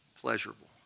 pleasurable